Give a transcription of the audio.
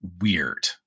weird